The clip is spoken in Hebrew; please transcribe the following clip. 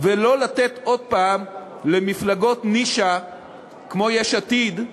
ולא לתת עוד הפעם למפלגות נישה כמו יש עתיד,